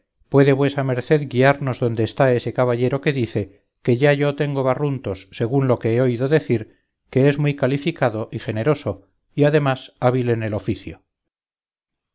puede vuesa merced guiarnos donde está ese caballero que dice que ya yo tengo barruntos según lo que he oído decir que es muy calificado y generoso y además hábil en el oficio